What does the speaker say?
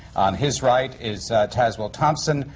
on his right is tazewell thompson,